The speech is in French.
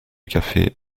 café